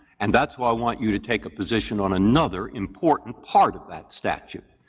and that's why i want you to take a position on another important part of that statute.